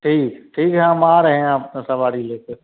ठीक हई ठीक है हम आ रहे हैं आपका सवारी लेकर